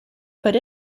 put